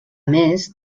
més